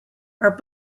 are